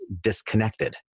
disconnected